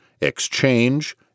exchange